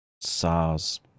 SARS